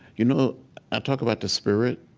you know i talk about the spirit,